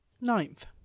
Ninth